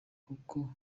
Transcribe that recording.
nk’uko